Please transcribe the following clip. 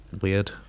weird